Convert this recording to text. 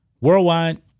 worldwide